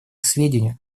сведению